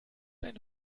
eine